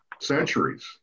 Centuries